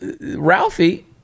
Ralphie